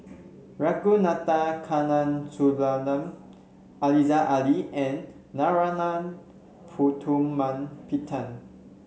Ragunathar Kanagasuntheram Aziza Ali and Narana Putumaippittan